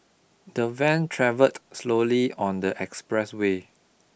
the van travelled slowly on the expressway